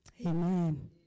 Amen